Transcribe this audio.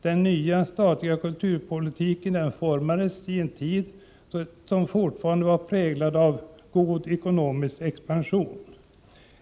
Den nya statliga kulturpolitiken formades i en tid som fortfarande var präglad av god ekonomisk expansion.